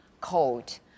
cold